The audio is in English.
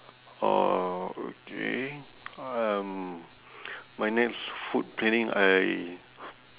orh okay um my next food planning I